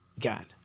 God